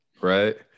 Right